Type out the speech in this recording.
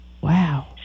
wow